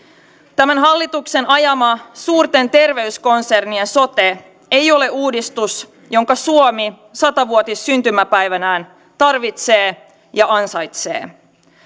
tämän hallituksen ajama suurten terveyskonsernien sote ei ole uudistus jonka suomi sata vuotissyntymäpäivänään tarvitsee ja ansaitsee